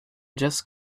just